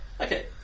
okay